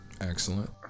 Excellent